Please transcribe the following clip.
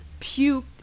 puked